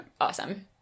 Awesome